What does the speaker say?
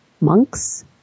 monks